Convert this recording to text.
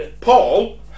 Paul